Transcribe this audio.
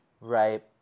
right